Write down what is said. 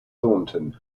thornton